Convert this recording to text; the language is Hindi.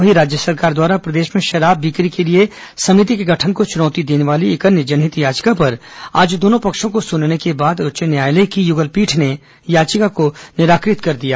वहीं राज्य सरकार द्वारा प्रदेश में शराब बिक्री के लिए समिति के गठन को चुनौती देने वाली एक अन्य जनहित याचिका पर आज दोनों पक्षों को सुनने के बाद उच्च न्यायालय की युगल पीठ ने याचिका को निराकृत कर दिया है